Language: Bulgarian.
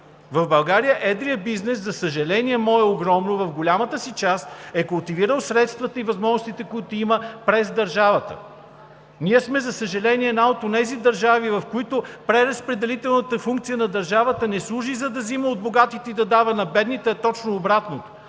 В България едрият бизнес, за мое огромно съжаление, е в голямата си част е култивирал средствата и възможностите, които има, през държавата. Ние сме, за съжаление, една от онези държави, в които преразпределителната функция на държавата не служи, за да взима от богатите и да дава на бедните, а точно обратното